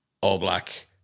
all-black